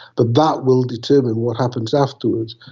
but that will determine what happens afterwards.